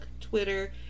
Twitter